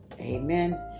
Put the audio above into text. Amen